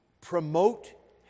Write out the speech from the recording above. promote